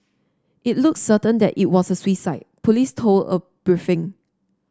it looks certain that it was a suicide police told a briefing